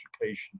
education